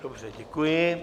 Dobře, děkuji.